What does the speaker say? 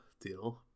deal